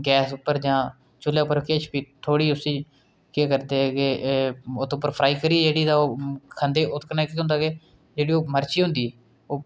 gas उप्पर जां चुल्हे उप्पर किश बी उसी थोह्ड़ी उसी केह् करदे कि उत्त उप्पर फ्राई करियै जेह्ड़ी तां ओह् खंदे उत्त कन्नै केह् होंदा कि जेह्ड़ी ओह् मर्च होंदी ओह्